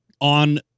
on